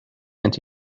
and